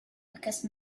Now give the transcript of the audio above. because